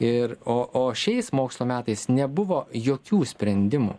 ir o o šiais mokslo metais nebuvo jokių sprendimų